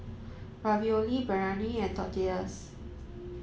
Ravioli Biryani and Tortillas